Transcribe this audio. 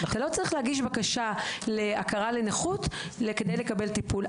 אתה לא צריך להגיש בקשה להכרה לנכות כדי לקבל טיפול.